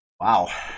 Wow